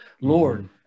Lord